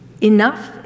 enough